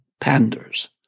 panders